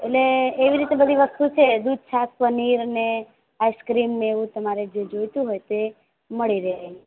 એટલે એવી રીતે બધી વસ્તુ છે દૂધ છાશ પનીર ને આઇસ્ક્રીમ ને એવું તમારે જે જોઈતું હોય તે મળી રહે એમ